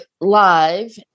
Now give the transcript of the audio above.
live